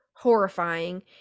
horrifying